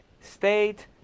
state